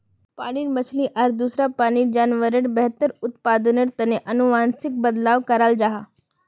पानीर मछली आर दूसरा पानीर जान्वारेर बेहतर उत्पदानेर तने अनुवांशिक बदलाव कराल जाहा